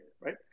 right